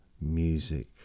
Music